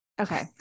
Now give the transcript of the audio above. okay